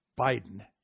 Biden